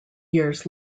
years